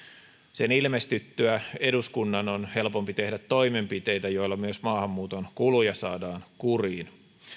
sen ilmestyttyä eduskunnan on helpompi tehdä toimenpiteitä joilla myös maahanmuuton kuluja saadaan kuriin